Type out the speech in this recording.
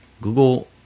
Google